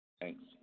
Thanks